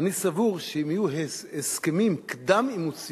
אני סבור שאם יהיו הסכמים קדם-אימוציים,